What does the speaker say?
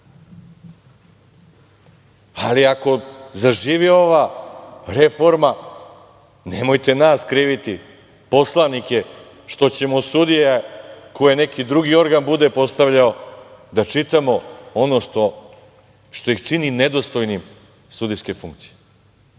Ali, ako zaživi ova reforma, nemojte nas kriviti poslanike što ćemo za sudije koje neki drugi organ bude postavljao da čitamo ono što ih čini nedostojnim sudijske funkcije. Gde